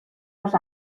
los